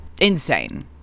Insane